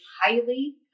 highly